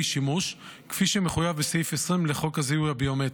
שימוש כפי שמחויב בסעיף 20 לחוק הזיהוי הביומטרי.